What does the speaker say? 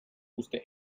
musste